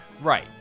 right